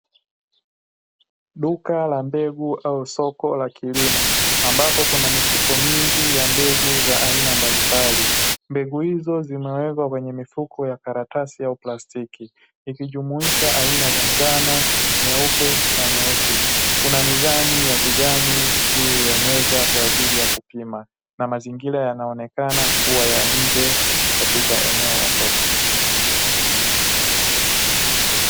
Duka la mbegu au soko la kilimo, ambapo kuna mifuko mingi ya mbegu za aina mbalimbali. Mbegu hizo zimewekwa kwenye mifuko ya karatasi au plastiki, ikijumuisha aina za njano, nyeupe, na nyeusi. Kuna mizani ya kijani juu ya meza kwa ajili ya kupima, na mazingira yanaonekana kuwa ya nje katika eneo la soko.